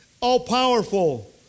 all-powerful